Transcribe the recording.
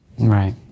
Right